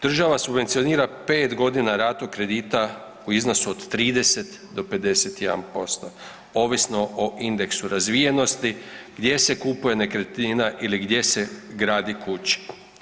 Država subvencionira 5.g. ratu kredita u iznosu od 30 do 51% ovisno o indeksu razvijenosti gdje se kupuje nekretnina ili gdje se gradi kuća.